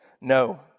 No